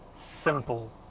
simple